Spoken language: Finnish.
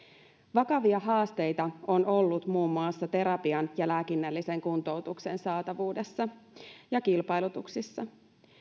vakavia haasteita on ollut muun muassa terapian ja lääkinnällisen kuntoutuksen saatavuudessa ja kilpailutuksissa